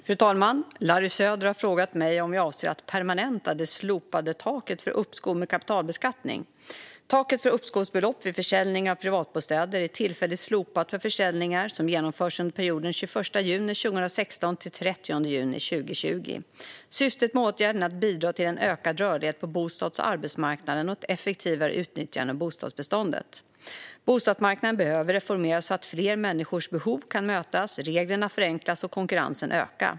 Fru talman! Larry Söder har frågat mig om jag avser att permanenta det slopade taket för uppskov med kapitalvinstbeskattning. Taket för uppskovsbelopp vid försäljning av privatbostäder är tillfälligt slopat för försäljningar som genomförs under perioden 21 juni 2016-30 juni 2020. Syftet med åtgärden är att bidra till en ökad rörlighet på bostads och arbetsmarknaden och ett effektivare utnyttjande av bostadsbeståndet. Bostadsmarknaden behöver reformeras så att fler människors behov kan mötas, reglerna förenklas och konkurrensen öka.